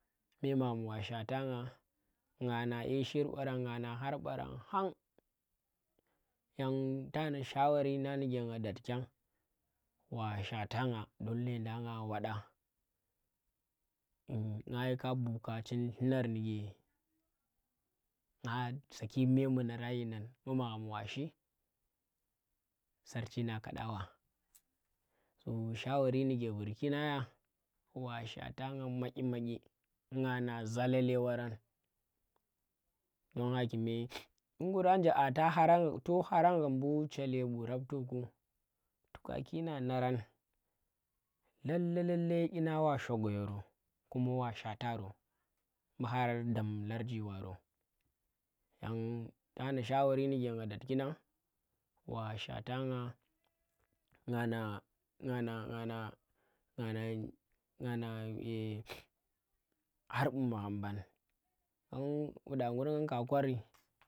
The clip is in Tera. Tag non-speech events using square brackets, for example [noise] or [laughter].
Kume magham wa shwata nga, nga na ashir parang nga na har barang hang yan tana shawari nang ndike nga datkyan wa shwata nga don lendan nga wada nga yika bu buka chin llumar ndike nga sa ki memu nara yinang mbu magham washi sarchi nang ka ɗa wa so shawari ndike vurki nang ya, wa shwata nga madyi madyi nga na zalale wa rang don hakume [noise] ee nguran aa ta harang to haranga mbu chelebu rab toku to ka ki nga narang. Lalle lalle yinang wa shoga yoro kuma wa shwata ro mbu har dam larji baro yang tana shawari ndike nga dat kingan wa shwatan nga nga na nganah nganah nganah nganah [hesitation] har bu magham bang yang fuda ngur ngaka kori.